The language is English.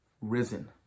risen